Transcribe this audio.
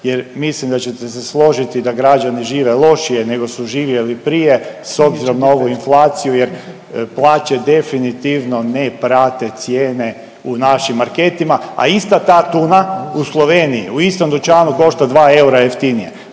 jer mislim da ćete se složiti da građani žive lošije nego su živjeli prije s obzirom na ovu inflaciju jer plaće definitivno ne prate cijene u našim marketima, a ista ta tuna u Sloveniji u istom dućanu košta 2 eura jeftinije,